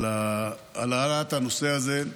על העלאת הנושא הזה.